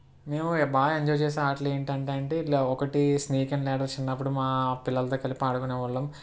మేము బాగా ఎంజాయ్ చేసిన ఆటలు ఏంటి అంటే అంటే ఇట్లా ఒకటి స్నేక్ అండ్ లాడెర్స్ చిన్నప్పుడు మా పిల్లలతో కలిపి ఆడుకునేవాళ్ళం